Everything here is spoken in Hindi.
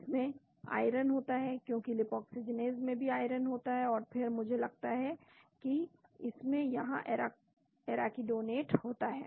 इसमें आयरन होता है क्योंकि लिपोक्सिलेज में भी आयरन होता है और फिर मुझे लगता है कि इसमें यहां एराकिडोनेट होता है